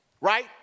Right